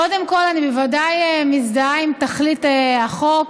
קודם כול, אני בוודאי מזדהה עם תכלית החוק.